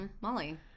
Molly